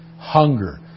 hunger